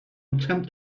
attempt